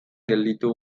gelditu